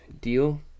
deal